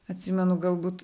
atsimenu galbūt